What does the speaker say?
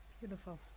Beautiful